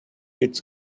its